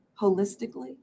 holistically